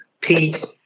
peace